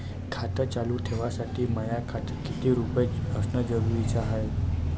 खातं चालू ठेवासाठी माया खात्यात कितीक रुपये असनं जरुरीच हाय?